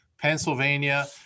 Pennsylvania